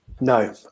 no